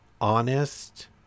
honest